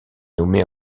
nommée